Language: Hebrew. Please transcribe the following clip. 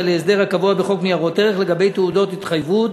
להסדר הקבוע בחוק ניירות ערך לגבי תעודות התחייבות,